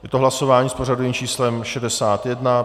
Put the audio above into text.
Je to hlasování s pořadovým číslem 61.